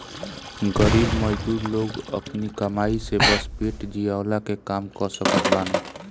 गरीब मजदूर लोग अपनी कमाई से बस पेट जियवला के काम कअ सकत बानअ